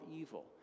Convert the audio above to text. evil